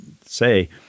say